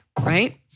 right